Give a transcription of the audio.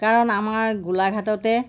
কাৰণ আমাৰ গোলাঘাটতে